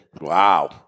Wow